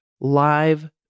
live